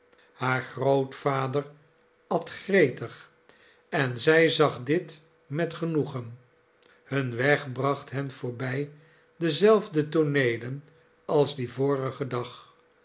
haar grootvader at gretig en zij zag dit met genoegen hun weg bracht hen voorbij dezelfde tooneelen als den vorigen dag